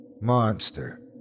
Monster